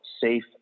safe